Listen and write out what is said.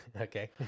Okay